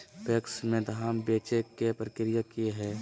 PACS में धाम बेचे के प्रक्रिया की हय?